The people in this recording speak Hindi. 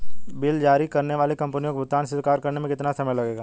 बिल जारी करने वाली कंपनी को भुगतान स्वीकार करने में कितना समय लगेगा?